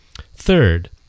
Third